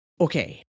Okay